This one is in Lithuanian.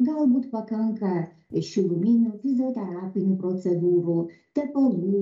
galbūt pakanka šiluminio fizioterapinių procedūrų tepalų